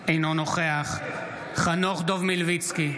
אינו נוכח חנוך דב מלביצקי,